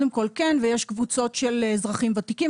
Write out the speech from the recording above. ויש קבוצות של אזרחים ותיקים,